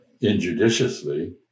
injudiciously